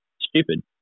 stupid